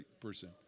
person